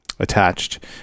attached